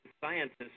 scientists